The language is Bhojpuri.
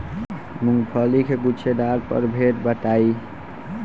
मूँगफली के गूछेदार प्रभेद बताई?